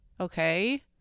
Okay